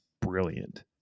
brilliant